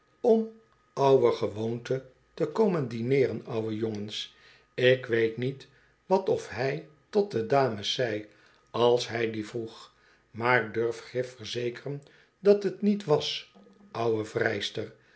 om ouwergewoonte te komen dineeren ouwe jongen ik weet niet wat f bij tot de dames zei als hij die vroeg mar durf grif verzekeren dat t niet was ouwe vrijster